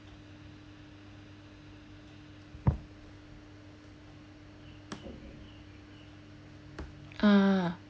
ah